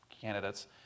candidates